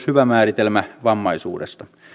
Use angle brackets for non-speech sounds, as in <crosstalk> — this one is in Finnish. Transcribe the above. <unintelligible> hyvä määritelmä vammaisuudesta